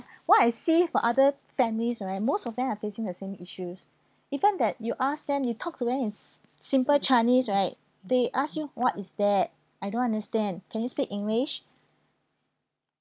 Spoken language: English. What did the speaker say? what I see for other families right most of them are facing the same issues even that you ask them you talk to them in si~ simple chinese right they ask you what is that I don't understand can you speak english